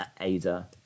Ada